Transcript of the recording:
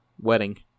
wedding